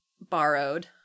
borrowed